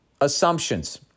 Assumptions